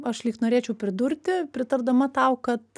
aš lyg norėčiau pridurti pritardama tau kad